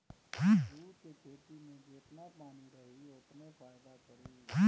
jute के खेती में जेतना पानी रही ओतने फायदा करी